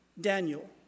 Daniel